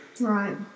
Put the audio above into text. Right